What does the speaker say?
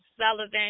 Sullivan